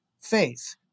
faith